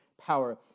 power